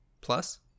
plus